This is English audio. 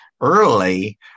early